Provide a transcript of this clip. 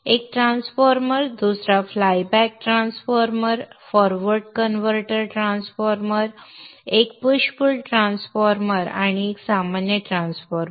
एक ट्रान्सफॉर्मर दुसरा flyback transformer forward converter transformer एक पुश पुल ट्रान्सफॉर्मर आणि एक सामान्य ट्रान्सफॉर्मर